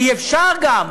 ואי-אפשר גם,